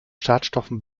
schadstoffen